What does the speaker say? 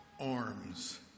arms